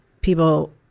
people